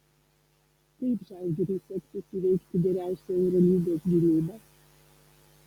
kaip žalgiriui seksis įveikti geriausią eurolygos gynybą